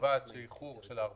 שכיר שלא